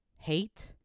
hate